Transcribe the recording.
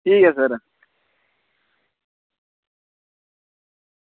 ठीक ऐ सर